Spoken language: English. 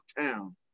town